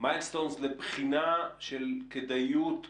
אבני דרך לבחינה של כדאיות העניין,